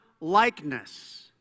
likeness